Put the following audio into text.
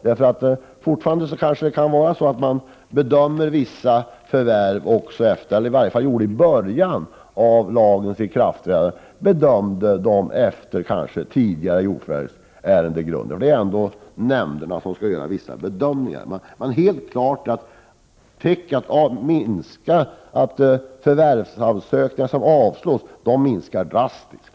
Det kan kanske vara så att man fortfarande bedömer vissa förvärv — eller i varje fall gjorde det i början när lagen hade trätt i kraft — efter tidigare grunder. Det är ändå nämnderna som skall göra vissa bedömningar. Men det är helt klart att antalet förvärvsansökningar som avslås minskar drastiskt.